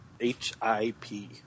H-I-P